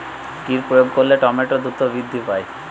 কি প্রয়োগ করলে টমেটো দ্রুত বৃদ্ধি পায়?